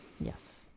yes